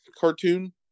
cartoon